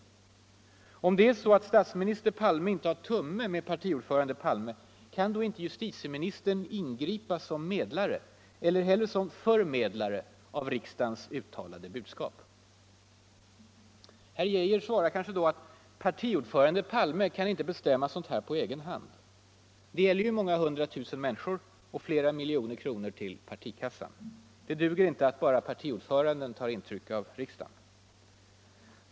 Och om det är så att statsminister Palme inte har tumme med partiordförande Palme — kan då inte justitieministern ingripa som medlare, eller hellre: som förmedlare av riksdagens uttalade budskap? Herr Geijer kanske svarar att partiordförande Palme inte kan bestämma sådant på egen hand. Det gäller ju så många hundratusen medlemmar och flera miljoner kronor till partikassan. Det duger inte att bara partiordföranden tar intryck av riksdagen.